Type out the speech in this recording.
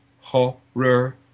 horror